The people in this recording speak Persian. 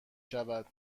شود